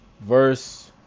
verse